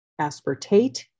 aspartate